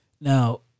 now